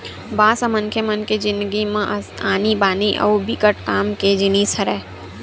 बांस ह मनखे मन के जिनगी म आनी बानी अउ बिकट काम के जिनिस हरय